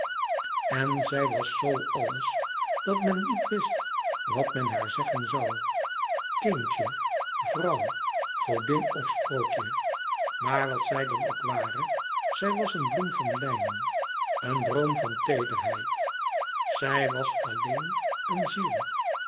en zij was zoo àlles dat men niet wist wat men haar zeggen zoû kindje vrouw godin of sprookje maar wat zij dan ook ware zij was een bloem van lijnen een droom van teederheid zij was alleen een ziel